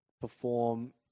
perform